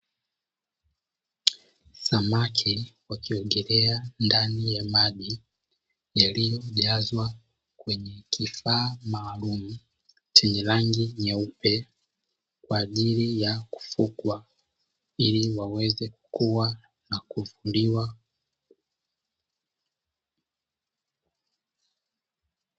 Samaki wakiongelea ndani ya maji yaliojazwa kwenye kifaa maalumu, chenye nyeupe kwa ajili ya kufugwa ili waweze kuwa na kufunuliwa.